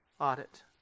Audit